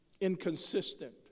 inconsistent